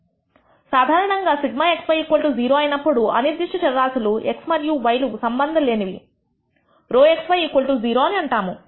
సాధారణంగా σxy 0 అయినప్పుడు అనిర్దిష్ట చర రాశులు x మరియు y లు సంబంధం లేనివిρxy 0 అని అంటాము